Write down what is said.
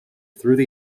through